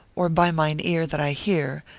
or by mine ear that i hear,